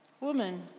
Woman